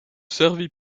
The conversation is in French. servi